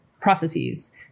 processes